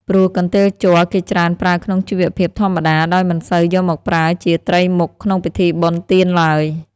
ព្រោះកន្ទេលជ័រ គេច្រើនប្រើក្នុងជីវភាព ធម្មតា ដោយមិនសូវយកមកប្រើជាត្រីមុខក្នុងពិធីបុណ្យទានឡើយ ។